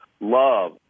love